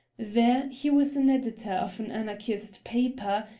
there he was an editor of an anarchist paper,